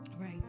Right